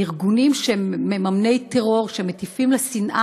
אני רואה פעם נוספת שהממשלה כמעט שאיננה